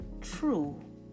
true